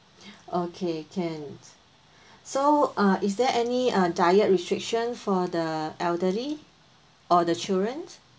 okay can so uh is there any uh diet restriction for the elderly or the childrens